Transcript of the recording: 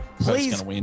Please